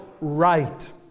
right